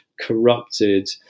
corrupted